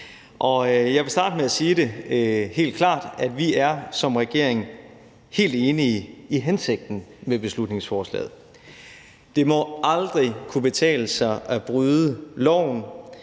jeg vil starte med at sige helt klart, at vi som regering er helt enige i hensigten med beslutningsforslaget: Det må aldrig kunne betale sig at bryde loven,